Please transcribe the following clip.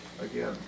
again